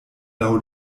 laŭ